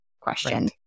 question